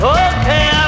okay